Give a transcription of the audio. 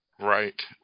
Right